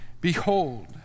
Behold